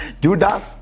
Judas